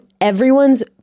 everyone's